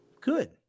good